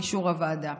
באישור הוועדה.